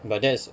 but that's